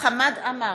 חמד עמאר,